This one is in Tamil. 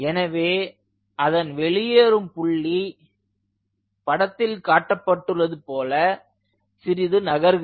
எனவே அதன் வெளியேறும் புள்ளி படத்தில் காட்டப்பட்டுள்ளது போல சிறிது நகர்கிறது